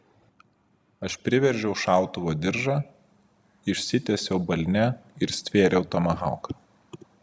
aš priveržiau šautuvo diržą išsitiesiau balne ir stvėriau tomahauką